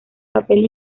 papel